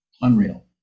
Unreal